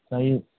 सही